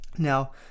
now